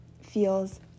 feels